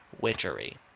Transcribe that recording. witchery